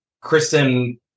Kristen